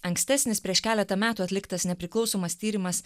ankstesnis prieš keletą metų atliktas nepriklausomas tyrimas